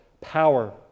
power